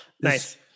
Nice